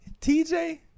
TJ